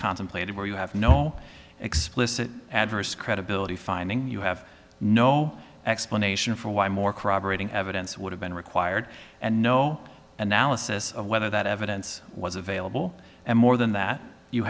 contemplated where you have no explicit adverse credibility finding you have no explanation for why more crab orating evidence would have been required and no analysis of whether that evidence was available and more than that you